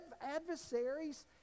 adversaries